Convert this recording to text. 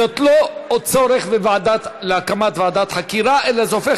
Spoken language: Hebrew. זה לא הצורך בהקמת ועדת חקירה אלא זה הופך